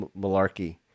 malarkey